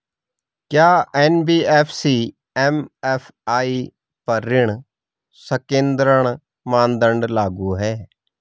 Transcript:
क्या NBFC MFI पर ऋण संकेन्द्रण मानदंड लागू हैं?